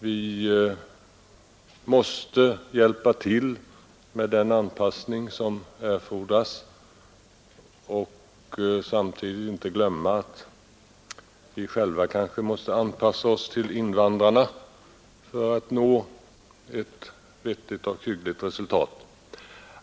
Vi måste hjälpa till med den anpassning som erfordras och samtidigt inte glömma att vi själva måste anpassa oss till invandrarna för att nå ett vettigt och hyggligt resultat.